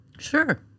Sure